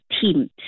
team